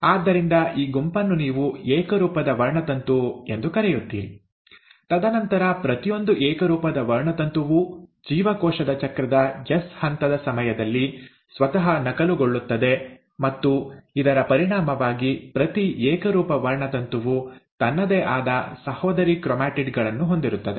ಆದ್ದರಿಂದ ಈ ಗುಂಪನ್ನು ನೀವು ಏಕರೂಪದ ವರ್ಣತಂತು ಎಂದು ಕರೆಯುತ್ತೀರಿ ತದನಂತರ ಪ್ರತಿಯೊಂದು ಏಕರೂಪದ ವರ್ಣತಂತುವೂ ಜೀವಕೋಶದ ಚಕ್ರದ ಎಸ್ ಹಂತದ ಸಮಯದಲ್ಲಿ ಸ್ವತಃ ನಕಲುಗೊಳ್ಳುತ್ತದೆ ಮತ್ತು ಇದರ ಪರಿಣಾಮವಾಗಿ ಪ್ರತಿ ಏಕರೂಪದ ವರ್ಣತಂತುವು ತನ್ನದೇ ಆದ ಸಹೋದರಿ ಕ್ರೊಮ್ಯಾಟಿಡ್ ಗಳನ್ನು ಹೊಂದಿರುತ್ತದೆ